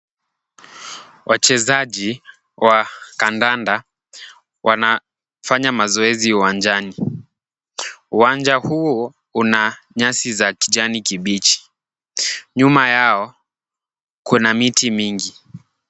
Wachezaji wa kandanda wanafanya mazoezi uwanjani. Uwanja huo una nyasi za kijani kibichi. Nyuma yao kuna miti mingi.